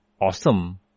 awesome